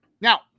Now